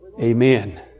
Amen